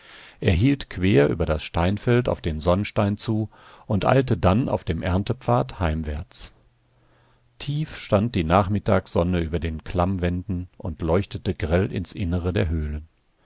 hielt quer über das steinfeld auf den sonnstein zu und eilte dann auf dem erntepfad heimwärts tief stand die nachmittagssonne über den klammwänden und leuchtete grell ins innere der höhlen